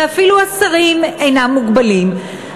ואפילו השרים אינם מוגבלים.